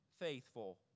faithful